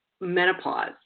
menopause